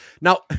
Now